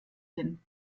hin